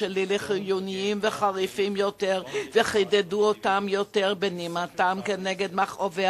שלי לחיוניים וחריפים יותר וחידדה אותם יותר בנימתם כנגד מכאובי